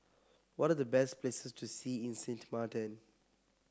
what are the best places to see in Sint Maarten